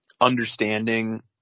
understanding